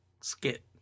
skit